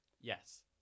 Yes